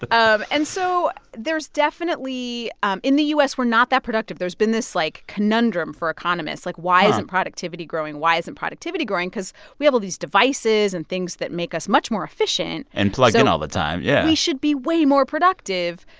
um and so there's definitely in the u s, we're not that productive. there's been this, like, conundrum for economists. like, why isn't productivity growing? why isn't productivity growing? because we have all these devices and things that make us much more efficient, so. and plugged-in all the time, yeah. we should be way more productive.